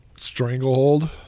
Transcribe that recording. Stranglehold